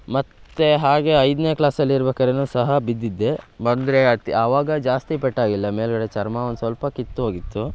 ಮತ್ತೆ ಹಾಗೇ ಐದನೇ ಕ್ಲಾಸಲ್ಲಿರ್ಬೇಕಾರೆನೂ ಸಹ ಬಿದ್ದಿದ್ದೆ ಬಂದರೆ ಅತಿ ಆವಾಗ ಜಾಸ್ತಿ ಪೆಟ್ಟಾಗಿಲ್ಲ ಮೇಲುಗಡೆ ಚರ್ಮ ಒಂದು ಸ್ವಲ್ಪ ಕಿತ್ತೋಗಿತ್ತು